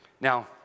Now